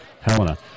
Helena